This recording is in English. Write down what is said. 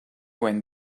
when